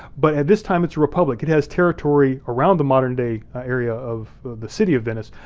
but at this time it's a republic. it has territory around the modern day area of the city of venice,